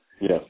Yes